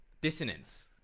Dissonance